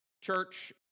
Church